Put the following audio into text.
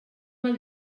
mal